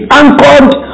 anchored